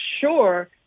sure